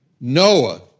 Noah